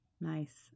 Nice